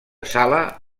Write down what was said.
sala